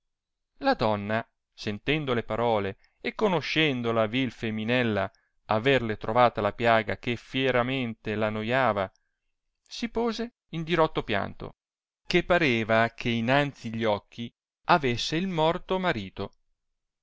la donna sentendo le parole e conoscendo la vi feminella averle trovata la piaga che fieramente la noiava si pose in dirotto pianto che pareva che innanzi gli occhi avesse il morto marito